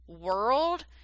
world